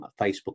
Facebook